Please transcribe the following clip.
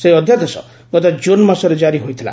ସେହି ଅଧ୍ୟାଦେଶ ଗତ ଜୁନ୍ ମାସରେ ଜାରି ହୋଇଥିଲା